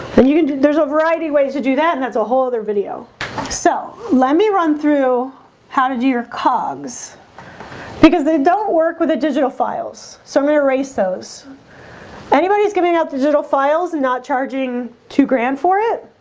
then you can there's a variety of ways to do that and that's a whole other video so let me run through how to do your cogs because they don't work with the digital files, so i'm gonna erase those anybody's giving out the doodle files and not charging too grand for it